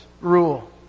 rule